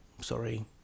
Sorry